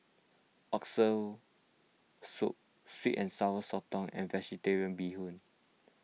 Oxtail Soup Sweet and Sour Sotong and Vegetarian Bee Hoon